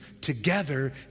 together